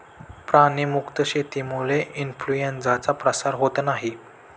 प्राणी मुक्त शेतीमुळे इन्फ्लूएन्झाचा प्रसार होत नाही